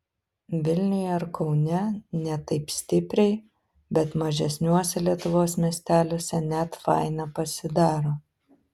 vilniuje ar kaune ne taip stipriai bet mažesniuose lietuvos miesteliuose net faina pasidaro